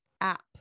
app